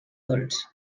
dolç